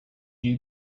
you